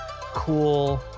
cool